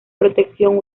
protección